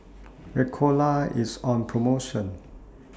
Ricola IS on promotion